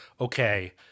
okay